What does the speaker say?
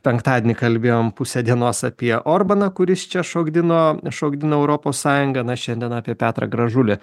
penktadienį kalbėjom pusę dienos apie orbaną kuris čia šokdino šokdino europos sąjungą na šiandien apie petrą gražulį